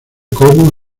como